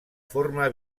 forma